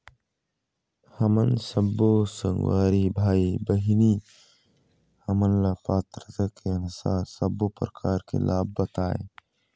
हमन सब्बो संगवारी भाई बहिनी हमन ला पात्रता के अनुसार सब्बो प्रकार के लाभ बताए?